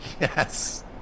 Yes